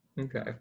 okay